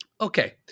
Okay